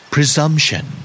Presumption